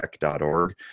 tech.org